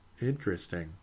Interesting